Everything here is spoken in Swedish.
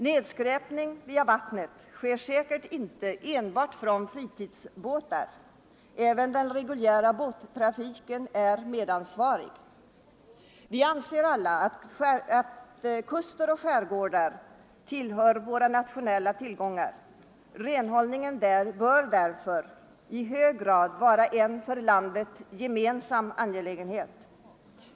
Nedskräpning av vattnet sker säkert inte enbart från fritidsbåtar. Även Vi anser alla att kuster och skärgårdar tillhör våra nationella tillgångar. Renhållningen där bör därför i hög grad vara en för landet gemensam angelägenhet.